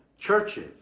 Churches